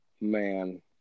Man